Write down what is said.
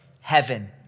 heaven